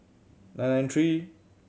nine nine three